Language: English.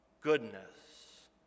goodness